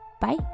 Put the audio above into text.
Bye